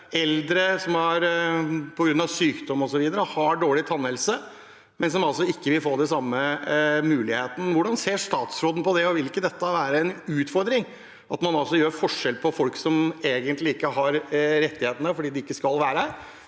eldre som på grunn av sykdom osv. har dårlig tannhelse. De vil altså ikke få den samme muligheten. Hvordan ser statsråden på det? Og vil det ikke være en utfordring at man gjør forskjell på folk som egentlig ikke har disse rettighetene fordi de ikke skal være